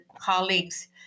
colleagues